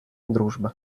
дружба